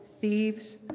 thieves